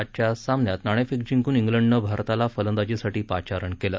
आजच्या सामन्यात नाणेफेक जिंकून क्रिंडन भारताला फलंदाजीसाठी पाचारण केलं